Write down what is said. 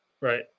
right